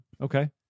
Okay